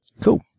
cool